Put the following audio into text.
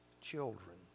children